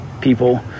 people